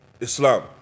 Islam